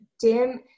dim